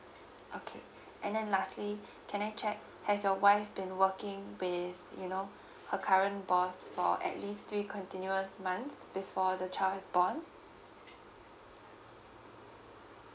okay and then lastly can I check has your wife been working with you know her current boss for at least three continuous months before the child is born